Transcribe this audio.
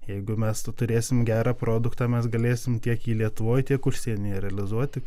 jeigu mes tu turėsim gerą produktą mes galėsim tiek jį lietuvoj tiek užsienyje realizuoti